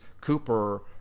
Cooper